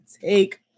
take